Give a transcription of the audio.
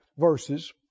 verses